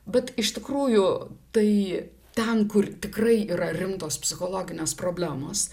bet iš tikrųjų tai ten kur tikrai yra rimtos psichologinės problemos